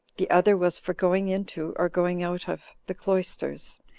the other was for going into, or going out of, the cloisters,